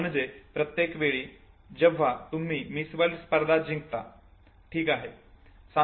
म्हणजे प्रत्येक वेळी जेव्हा तुम्ही मिस वर्ल्ड स्पर्धा जिंकता ठीक आहे